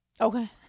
Okay